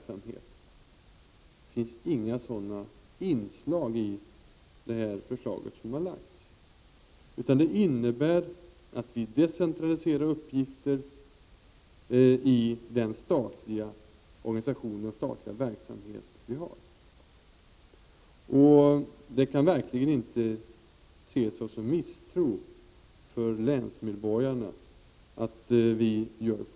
Det finns inga sådana inslag i det förslag som nu har framlagts, utan det innebär att vi decentraliserar uppgifter i den statliga organisation och verksamhet som vi nu har. Att vi gör på det sättet kan verkligen inte ses som en misstro gentemot länsmedborgarna.